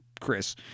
Chris